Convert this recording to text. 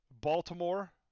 Baltimore